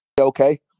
Okay